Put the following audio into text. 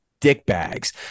dickbags